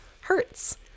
hurts